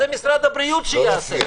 זה משרד הבריאות שיעשה.